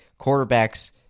quarterbacks